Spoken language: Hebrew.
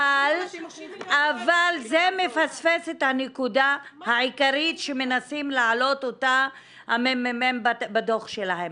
אבל זה מפספס את הנקודה העיקרית שמנסים להעלות אותה הממ"מ בדוח שלהם.